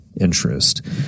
interest